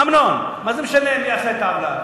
אמנון, מה זה משנה מי עשה את העוולה?